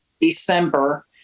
December